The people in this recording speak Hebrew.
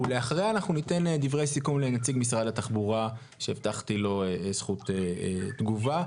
ולאחריה ניתן דברי סיכום לנציג משרד התחבורה שהבטחתי לו זכות תגובה.